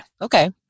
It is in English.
Okay